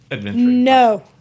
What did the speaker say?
No